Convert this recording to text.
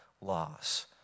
laws